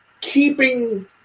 keeping